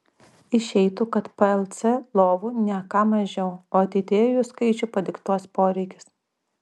išeitų kad plc lovų ne ką mažiau o ateityje jų skaičių padiktuos poreikis